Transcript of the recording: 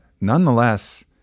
nonetheless